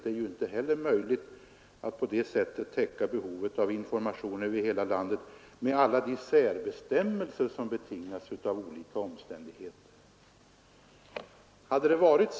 Det är inte heller möjligt att på det sättet täcka behovet av information över hela landet med alla de särbestämmelser som betingas av olika omständigheter.